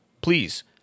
Please